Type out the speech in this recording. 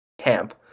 camp